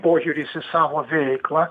požiūris į savo veiklą